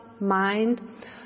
mind